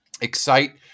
excite